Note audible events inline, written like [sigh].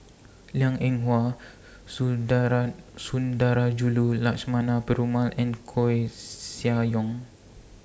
Liang Eng Hwa [unintelligible] Sundarajulu Lakshmana Perumal and Koeh Sia Yong